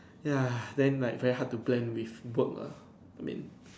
ya then like very hard to blend with work lah I mean